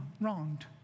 wronged